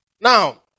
Now